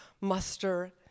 muster